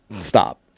Stop